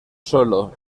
solo